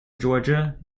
georgia